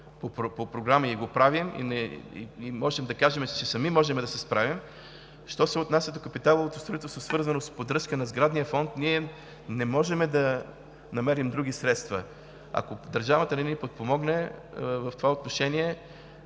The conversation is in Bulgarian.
по програми и го правим, и можем да кажем, че сами може да се справяме що се отнася до капиталовото строителство, свързано с поддръжка на сградния фонд – не можем да намерим други средства. Ако държавата не ни подпомогне в това отношение,